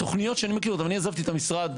אני עזבתי את המשרד,